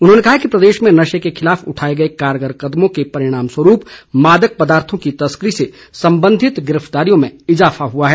उन्होंने कहा कि प्रदेश में नशे के खिलाफ उठाए गए कारगर कदमों के परिणाम स्वरूप मादक पदार्थों की तस्करी से संबंधित गिरफ्तारियों में इजाफा हुआ है